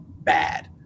bad